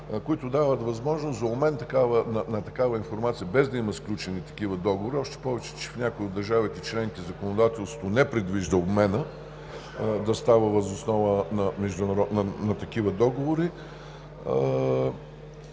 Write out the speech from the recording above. които дават възможност за такава информация, без да има сключени такива договори, още повече че в някои от държавите членки законодателството не предвижда обменът да става въз основа на такива договори.